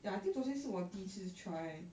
ya I think 昨天是我第一次 try